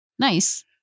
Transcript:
Nice